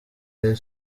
rayon